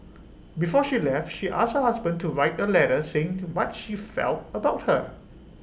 before she left she asked her husband to write A letter saying to what she felt about her